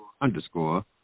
underscore